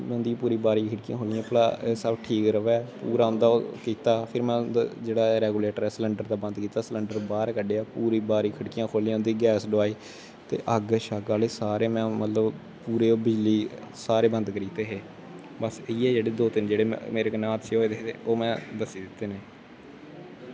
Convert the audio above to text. ते में उं'दी बारियां खोल्लियां कि ठीक र'वै पूरा अंदर कीता फिर में जेह्ड़ा रैगुलेटर ऐ बंद कीता सिलेंडर बाह्र कड्ढेआ ते पूरी दोआरी खिड़कियां खोल्लियां उं'दी गैस डोआई ते अग्ग आह्ले सारे में मतलब पूरे बिजली सारै बंद करी दित्ते हे ते बस इ'यै दौ तिन्न मेरे कन्नै हादसे होए दे हे ओह् में दस्सी दित्ते न